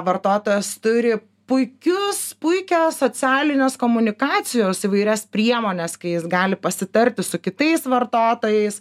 vartotojas turi puikius puikią socialinės komunikacijos įvairias priemones kai jis gali pasitarti su kitais vartotojais